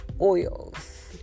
oils